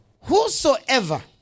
Whosoever